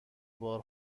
بار